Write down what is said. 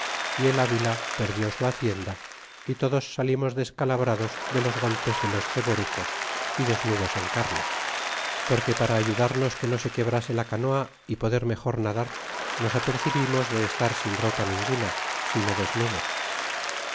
y el avila perdió su hacienda y todos salimos descalabrados de los golpes de los ceborucos y desnudos en carnes porque para ayudarnos que no se quebrase la canoa y poder mejor nadar nos apercibimos de estar sin ropa ninguna sino desnudos